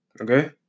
Okay